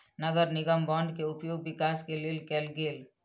नगर निगम बांड के उपयोग विकास के लेल कएल गेल